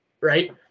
right